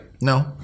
No